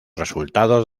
resultados